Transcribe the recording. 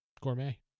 Gourmet